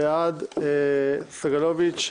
בעד סגלוביץ,